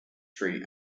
street